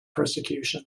persecution